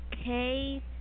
okay